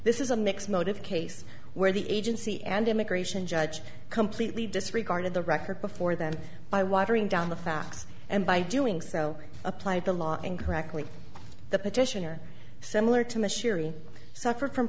this is a mixed motive case where the agency and immigration judge completely disregarded the record before them by watering down the facts and by doing so applied the law incorrectly the petitioner similar to machinery suffered from